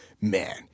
Man